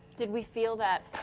did we feel that